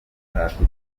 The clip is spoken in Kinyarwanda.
afite